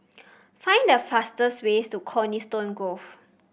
find the fastest way to Coniston Grove